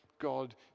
God